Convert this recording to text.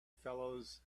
fellows